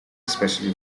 especially